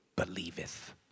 believeth